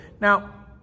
Now